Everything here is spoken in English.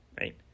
right